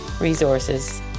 resources